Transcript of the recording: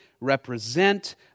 represent